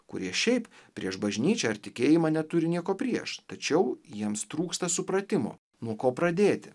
kurie šiaip prieš bažnyčią ir tikėjimą neturi nieko prieš tačiau jiems trūksta supratimo nuo ko pradėti